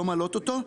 לא מעלות אותו,